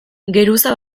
geruza